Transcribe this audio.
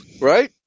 Right